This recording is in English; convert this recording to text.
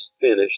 finished